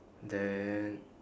then